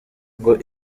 ngo